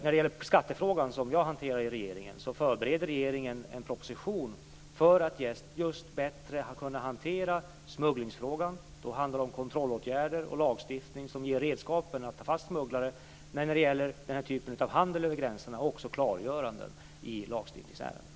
När det gäller skattefrågan, som jag hanterar i regeringen, förbereder regeringen en proposition för att bättre kunna hantera just smugglingsfrågan. Det handlar om kontrollåtgärder och om lagstiftning som ger redskapen att ta fast smugglare. Det handlar också om klargöranden i lagstiftningsärendena för handeln över gränserna.